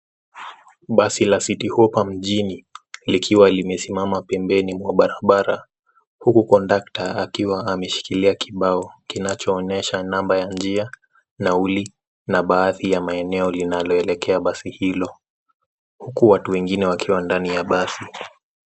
Basi la cs[citi hoppa]cs mjini likiwa limesimama pembeni mwa barabara huku kondakta akiwa ameshikilia kibao kinachoonyesha namba ya njia, nauli na baadhi ya maeneo linaloelekea basi hilo huku watu wengine wakiwa ndani ya basi.